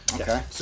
Okay